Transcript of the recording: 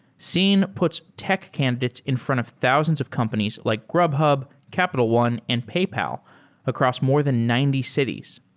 seen puts tech candidates in front of thousands of companies like grubhub, capital one and paypal across more than ninety cities.